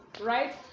right